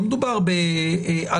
לא מדובר באלפים,